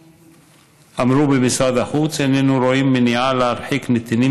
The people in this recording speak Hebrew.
אמרו במשרד החוץ: איננו רואים מניעה להרחיק נתינים